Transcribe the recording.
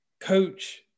coach